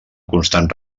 constant